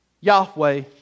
Yahweh